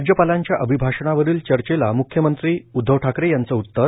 राज्यपालांच्या अभिभाषणावरील चर्चेला म्ख्यमंत्री उद्धव ठाकरे यांचे उत्तर